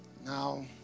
Now